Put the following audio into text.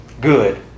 good